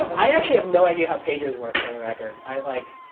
i actually have no idea how pagers work, for the record. i like